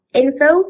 info